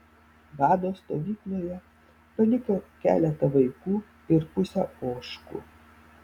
bado stovykloje paliko keletą vaikų ir pusę ožkų